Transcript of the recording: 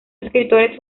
escritores